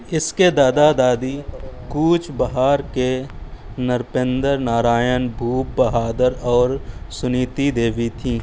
اس کے دادا دادی کوچ بہار کے نرپیندر نارائن بھوپ بہادر اور سنیتی دیوی تھیں